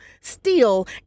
steal